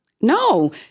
No